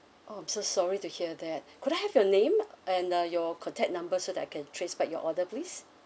oh I'm so sorry to hear that could I have your name and uh your contact number so that I can trace back your order please